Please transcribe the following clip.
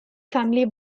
family